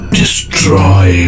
destroy